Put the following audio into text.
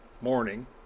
morning